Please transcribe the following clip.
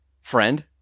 friend